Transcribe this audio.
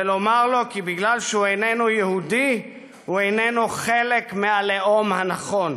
ולומר לו כי משום שהוא אינו יהודי הוא אינו חלק מהלאום הנכון?